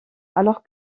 alors